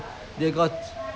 the trend is changing